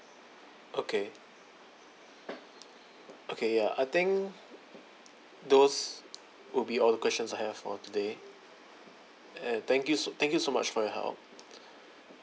okay okay ya I think those would be all the questions I have for today and thank you so thank you so much for your help